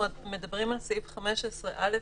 על סעיף 15(א)